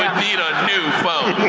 need a new phone.